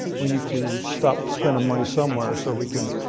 we need to stop spending money somewhere so we can